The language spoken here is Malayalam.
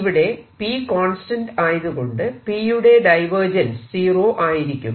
ഇവിടെ P കോൺസ്റ്റന്റ് ആയതുകൊണ്ട് P യുടെ ഡൈവേർജൻസ് സീറോ ആയിരിക്കും